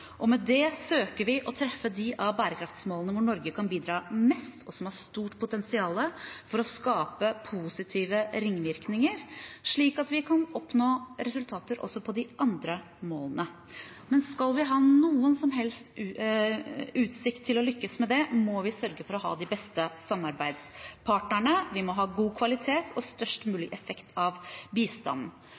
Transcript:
Med dette søker vi å treffe dem av bærekraftsmålene hvor Norge kan bidra mest, og som har stort potensial til å skape positive ringvirkninger, slik at vi kan oppnå resultater også på de andre målene. Men skal vi ha noen som helst utsikt til å lykkes med det, må vi sørge for å ha de beste samarbeidspartnerne. Vi må ha god kvalitet og størst mulig effekt av bistanden.